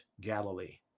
Galilee